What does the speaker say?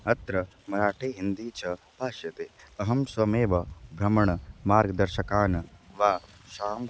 अत्र मराठी हिन्दी च भाष्यते अहं स्वयमेव भ्रमणमार्गदर्शकान् वा शां